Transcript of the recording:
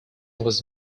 was